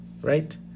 right